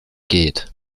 geht